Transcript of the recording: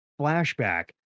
flashback